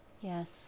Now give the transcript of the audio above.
Yes